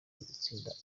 gutsinda